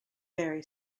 very